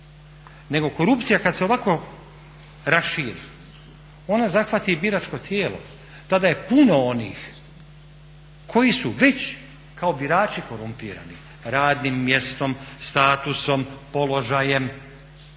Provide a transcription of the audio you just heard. nego korupcija kad se ovako raširi ona zahvati i biračko tijelo, tada je puno onih koji su već kao birači korumpirani radnim mjestom, statusom, položajem